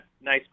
nice